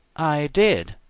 i did,